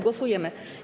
Głosujemy.